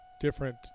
different